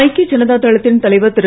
ஐக்கிய ஜனதா தளத்தின் தலைவர் திரு